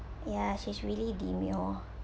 yeah she's really demure